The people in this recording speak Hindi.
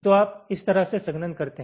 तो आप इस तरह से संघनन करते हैं